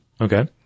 Okay